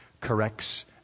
corrects